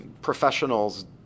professionals